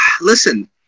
listen